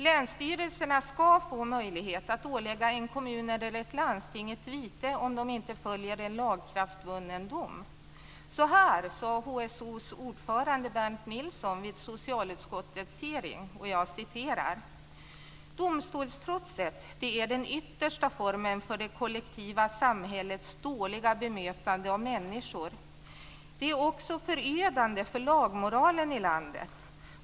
Länsstyrelserna ska få möjlighet att ålägga en kommun eller ett landsting ett vite om de inte följer en lagakraftvunnen dom. Så här sade HSO:s ordförande Berndt Nilsson vid socialutskottets hearing: "Domstolstrotset är den yttersta formen för det kollektiva samhällets dåliga bemötande av människor. Det är också förödande för lagmoralen i landet.